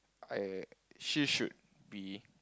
I she should be